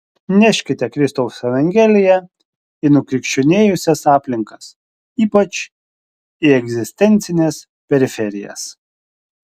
neškite kristaus evangeliją į nukrikščionėjusias aplinkas ypač į egzistencines periferijas